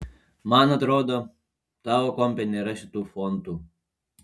man atrodo tavo kompe nėra šitų fontų